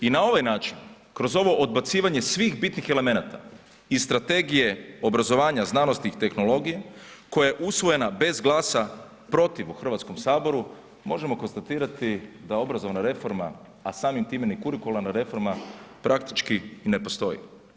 I na ovaj način, kroz ovo odbacivanje svih bitnih elemenata i strategije obrazovanja, znanosti i tehnologije, koja je usvojena bez glasa protiv u RH, možemo konstatirati da obrazovna reforma, a samim time ni kurikularna reforma praktički i ne postoji.